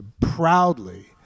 proudly